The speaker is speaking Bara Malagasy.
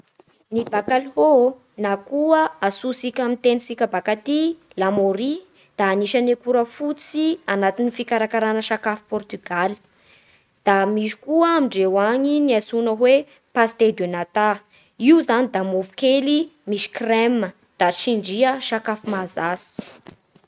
Ny bacalhau na koa antsointsika amin'ny teny baka aty lamôria da anisan'ny akora fototsy agnatin'ny fikarakarana sakafo pôrtugaly. Da misy koa amindreo any ny antsoina hoe pastel de nata. Io zany da mofo kely misy crème da tsindria sakafo mahazatsy.